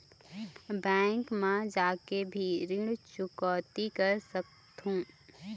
Bank मा जाके भी ऋण चुकौती कर सकथों?